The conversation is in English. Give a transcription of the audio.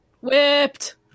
Whipped